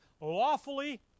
lawfully